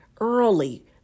early